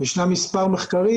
ישנם מספר מחקרים,